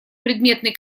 предметной